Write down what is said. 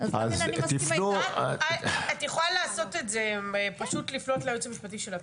את יכולה לעשות את זה פשוט לפנות ליועץ המשפטי של הכנסת.